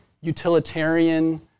utilitarian